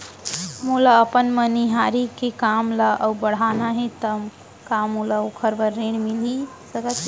मोला अपन मनिहारी के काम ला अऊ बढ़ाना हे त का मोला ओखर बर ऋण मिलिस सकत हे?